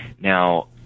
Now